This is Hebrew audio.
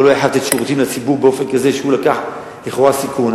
אבל הוא היה חייב לתת שירותים לציבור באופן כזה שהוא לקח לכאורה סיכון.